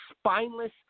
spineless